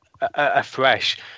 afresh